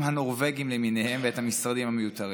הנורבגיים למיניהם ואת המשרדים המיותרים.